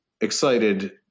excited